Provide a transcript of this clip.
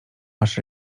masz